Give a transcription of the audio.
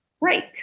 break